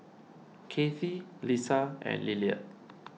Kathy Lesa and Lillard